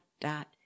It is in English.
dot